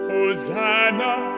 Hosanna